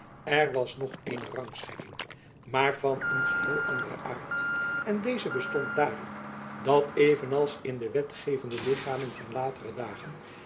er was nog eene rangschikking maar van een geheel anderen aard en deze bestond daarin dat evenals in de wetgevende lichamen van latere dagen